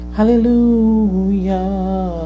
Hallelujah